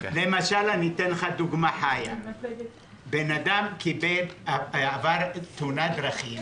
לדוגמה, אדם נפגע בתאונת דרכים